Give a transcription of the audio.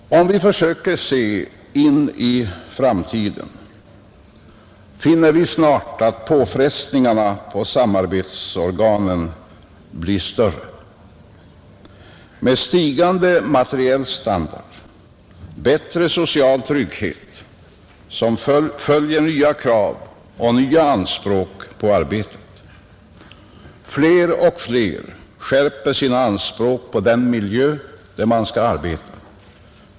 Om vi försöker se in i framtiden finner vi snart att påfrestningarna på samarbetsorganen blir större, Med stigande materiell standard och bättre social trygghet följer nya krav och nya anspråk på arbetet. Fler och fler skärper sina anspråk på den miljö där man skall arbeta.